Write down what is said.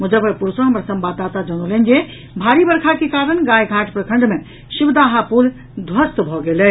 मुजफ्फरपुर सँ हमर संवाददाता जनौलनि जे भारी वर्षा के कारण गायघाट प्रखंड मे शिवदाहा पुल ध्वस्त भऽ गेल अछि